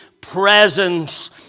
presence